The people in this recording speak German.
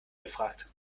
gefragt